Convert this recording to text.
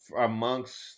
amongst